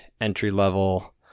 entry-level